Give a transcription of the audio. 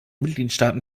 mitgliedstaaten